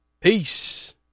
Peace